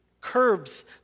curbs